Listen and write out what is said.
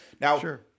Now